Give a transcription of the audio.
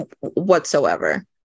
whatsoever